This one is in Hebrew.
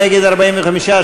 מיכל בירן,